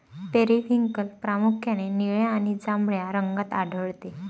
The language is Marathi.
पेरिव्हिंकल प्रामुख्याने निळ्या आणि जांभळ्या रंगात आढळते